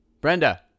Brenda